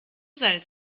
salz